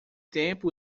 tempo